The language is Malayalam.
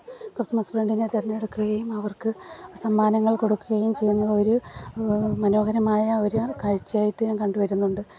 ക്രിസ്മസ് ഫ്രണ്ടിനെ തെരഞ്ഞെടുക്കുകയും അവർക്ക് സമ്മാനങ്ങൾ കൊടുക്കുകയും ചെയ്യുന്ന ഒരു മനോഹരമായ ഒരു കാഴ്ചയായിട്ട് ഞാൻ കണ്ടു വരുന്നുണ്ട്